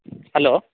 hello